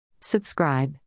Subscribe